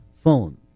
phone